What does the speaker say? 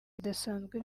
bidasanzwe